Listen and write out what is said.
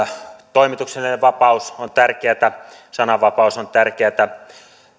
toimituksellinen vapaus on tärkeätä sananvapaus on tärkeätä